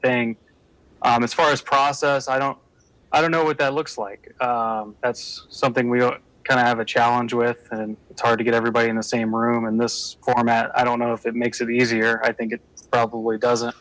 thing as far as process i don't i don't know what that looks like that's something we kind of have a challenge with and it's hard to get everybody in the same room and this format i don't know if it makes it easier i think it probably doesn't